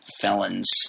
felons